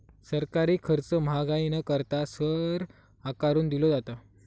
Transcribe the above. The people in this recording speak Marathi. सरकारी खर्च महागाई न करता, कर आकारून दिलो जाता